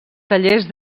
tallers